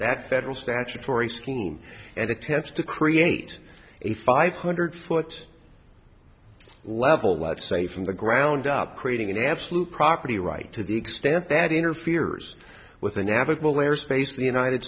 that federal statutory scheme and attempts to create a five hundred foot level let's say from the ground up creating an absolute property right to the extent that interferes with the navigable airspace of the united